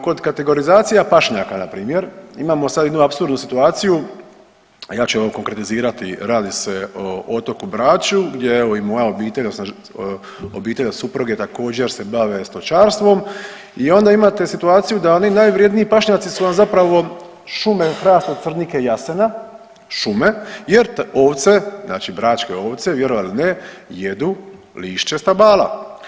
Kod kategorizacija pašnjaka npr. imamo sad jednu apsurdnu situaciju, a ja ću vam konkretizirati, radi se o otoku Braču gdje evo i moja obitelj odnosno obitelj od supruge također se bave stočarstvom i onda imate situaciju da oni najvrijedniji pašnjaci su vam zapravo šume hrasta, crnike i jasena, šume, jer ovce, znači bračke ovce vjerovali ili ne jedu lišće stabala.